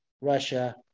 Russia